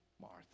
martha